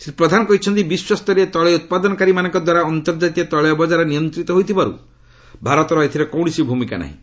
ଶ୍ରୀ ପ୍ରଧାନ କହିଛନ୍ତି ବିଶ୍ୱସ୍ତରୀୟ ତେଳ ଉତ୍ପାଦନକାରୀମାନଙ୍କ ଦ୍ୱାରା ଅନ୍ତର୍ଜାତୀୟ ତୈଳ ବଜାର ନିୟନ୍ତ୍ରିତ ହୋଇଥିବାରୁ ଭାରତର ଏଥିରେ କୌଣସି ଭୂମିକା ନାହିଁ